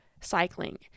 cycling